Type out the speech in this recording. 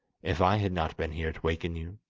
if i had not been here to waken you